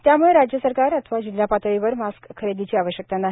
त्यामूळं राज्य सरकार अथवा जिल्हा पातळीवर मास्क खरेदीची आवश्यकता नाही